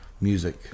music